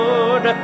Lord